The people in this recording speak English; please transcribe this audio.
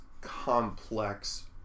complex